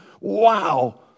Wow